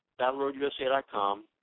BattleRoadUSA.com